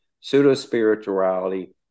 pseudo-spirituality